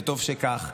וטוב שכך.